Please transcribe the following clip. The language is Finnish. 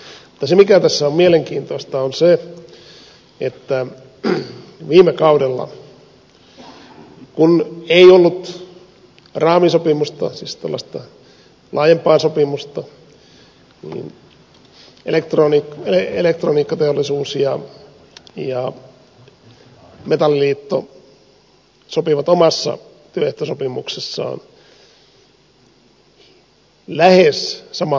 se mikä tässä on mielenkiintoista on se että viime kaudella kun ei ollut raamisopimusta siis tällaista laajempaa sopimusta elektroniikkateollisuus ja metalliliitto sopivat omassa työehtosopimuksessaan lähes sama